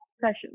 sessions